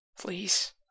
Please